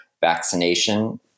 vaccination